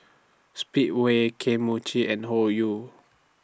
Speedway Kane Mochi and Hoyu